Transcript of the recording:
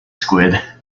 squid